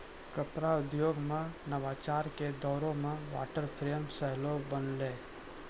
कपड़ा उद्योगो मे नवाचार के दौरो मे वाटर फ्रेम सेहो बनलै